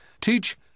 Teach